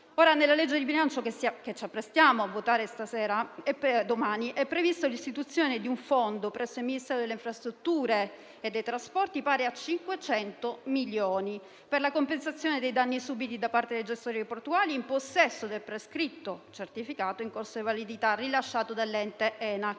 di legge di bilancio che ci apprestiamo a votare domani è prevista l'istituzione di un fondo presso il Ministero delle infrastrutture e dei trasporti pari a 500 milioni per la compensazione dei danni subiti da parte dei gestori aeroportuali in possesso del prescritto certificato in corso di validità rilasciato dall'ente ENAC